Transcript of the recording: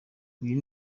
uyu